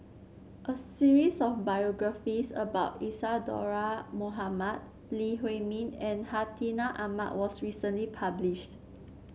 a series of biographies about Isadhora Mohamed Lee Huei Min and Hartinah Ahmad was recently published